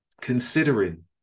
considering